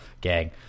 Gang